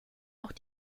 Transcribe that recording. auch